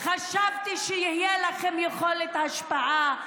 חשבתי שתהיה לכם יכולת השפעה.